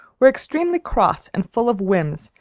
were extremely cross and full of whims,